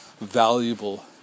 valuable